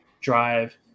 drive